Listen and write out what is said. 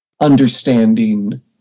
understanding